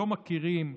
לא מכירים,